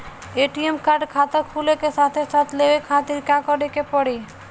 ATM card खाता खुले के साथे साथ लेवे खातिर का करे के पड़ी?